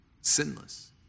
sinless